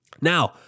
Now